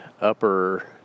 upper